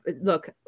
look